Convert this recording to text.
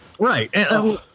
Right